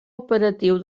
operatiu